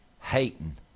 hating